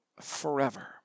forever